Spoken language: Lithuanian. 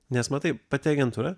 nes matai pati agentūra